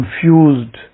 confused